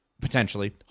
potentially